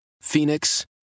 Phoenix